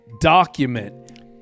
document